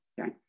Okay